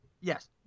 Yes